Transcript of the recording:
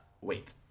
wait